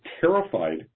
terrified